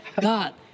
God